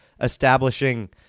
establishing